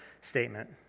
statement